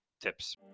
tips